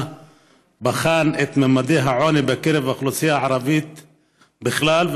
בחן את ממדי העוני בקרב האוכלוסייה הערבית בכלל,